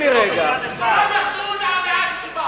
שכולם יחזרו לארץ שהם באו,